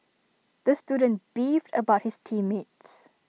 the student beefed about his team mates